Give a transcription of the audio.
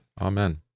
Amen